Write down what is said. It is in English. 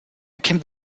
became